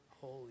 Holy